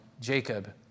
Jacob